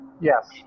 yes